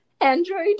Android